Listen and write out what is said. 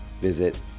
visit